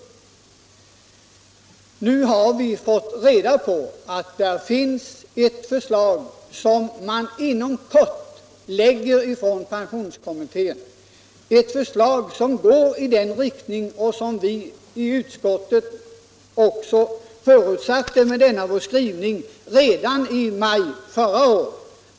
Nu har vi fått reda på att pensionskommittén inom kort skall lägga fram ett förslag — ett förslag som går i den önskade riktningen, som vi i utskottet också förutsatte med vår skrivning redan i maj förra året.